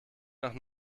nach